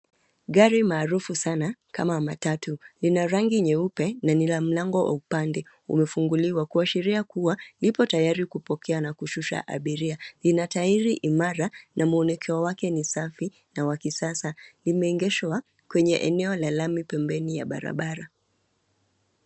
Gari maarufu sana kama matatu lina rangi nyeupe na ni la mlango wa upande umefunguliwa kuashiria kuwa lipo tayari kupokea na kushusha abiria. Lina tairi imara na mwonekeo wake ni safi na wa kisasa. Limeegeshwa kwenye eneo la lami pembeni ya barabara.